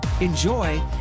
Enjoy